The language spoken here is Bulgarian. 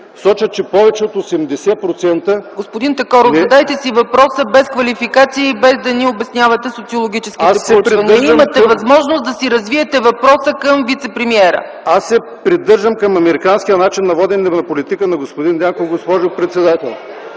ЦЕЦКА ЦАЧЕВА: Господин Такоров, задайте си въпроса без квалификации и без да ни обяснявате социологическите проучвания! Имате възможност да си развиете въпроса към вицепремиера. РУМЕН ТАКОРОВ: Аз се придържам към американския начин на водене на политика на господин Дянков, госпожо председател.